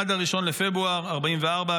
עד 1 בפברואר 1944,